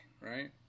right